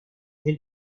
del